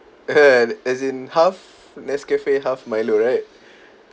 yeah as in half nescafe half milo right